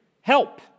Help